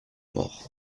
mort